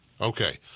Okay